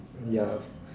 ya of course